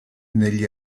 negli